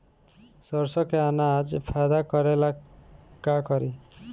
सरसो के अनाज फायदा करेला का करी?